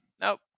nope